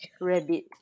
Rabbit